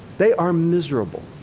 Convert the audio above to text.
they are miserable.